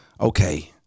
okay